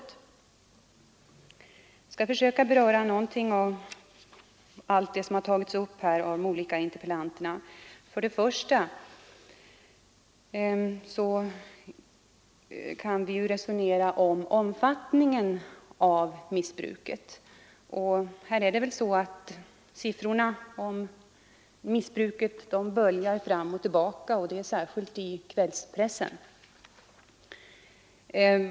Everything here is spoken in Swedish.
Jag skall försöka beröra något av allt det som tagits upp här av interpellanterna. Till att börja med omfattningen av missbruket. Siffrorna om missbruket böljar fram och tillbaka, särskilt i kvällspressen.